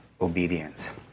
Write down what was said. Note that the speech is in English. obedience